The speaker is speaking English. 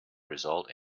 result